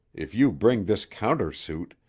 if you bring this counter-suit,